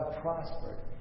prospered